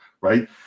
right